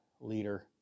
leader